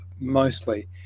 mostly